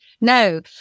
no